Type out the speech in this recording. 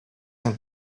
and